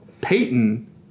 Peyton